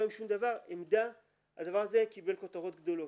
לא עם שום דבר הדבר הזה קיבל כותרות גדולות.